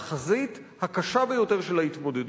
בחזית הקשה ביותר של ההתמודדות.